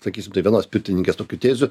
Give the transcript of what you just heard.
sakysim taip vienos pirtininkės tokių tezių